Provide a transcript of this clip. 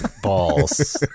balls